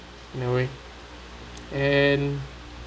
in a way and